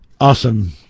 awesome